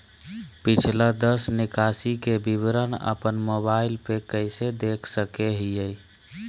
पिछला दस निकासी के विवरण अपन मोबाईल पे कैसे देख सके हियई?